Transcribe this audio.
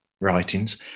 writings